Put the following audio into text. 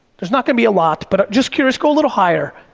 there's not gonna be a lot, but i'm just curious, go a little higher,